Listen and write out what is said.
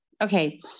Okay